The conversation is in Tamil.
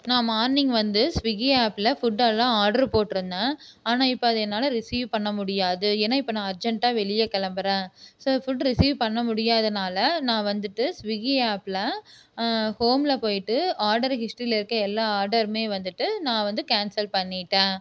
நான் மார்னிங் வந்து ஸ்விக்கி ஆப்பில் ஃபுட்டெலாம் ஆர்ட்ரு போட்டிருந்தேன் ஆனால் இப்போ அது என்னால் ரிஸீவ் பண்ண முடியாது ஏனால் இப்போ நான் அர்ஜென்ட்டாக வெளியே கிளம்பறன் ஸோ ஃபுட்டு ரிஸீவ் பண்ண முடியாததுனால நான் வந்துட்டு ஸ்விக்கி ஆப்பில் ஹோமில் போய்ட்டு ஆடர் ஹிஸ்ட்ரியில் இருக்க எல்லா ஆடருமே வந்துட்டு நான் வந்து கேன்சல் பண்ணிட்டேன்